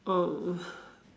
um